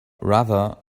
rather